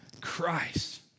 Christ